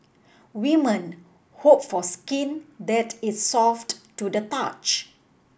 women hope for skin that is soft to the touch